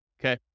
okay